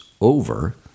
over